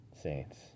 Saints